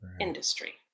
industry